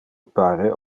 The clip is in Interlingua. pare